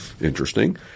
Interesting